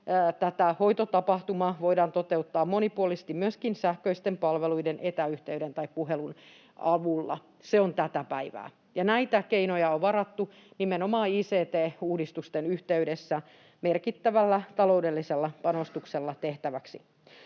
tätä hoitotapahtumaa voidaan toteuttaa monipuolisesti myöskin sähköisten palveluiden, etäyhteyden tai puhelun avulla. Se on tätä päivää. Näitä keinoja on varattu nimenomaan ict-uudistusten yhteydessä merkittävällä taloudellisella panostuksella tehtäväksi.